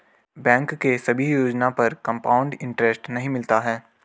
bank के सभी योजना पर कंपाउड इन्टरेस्ट नहीं मिलता है